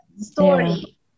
story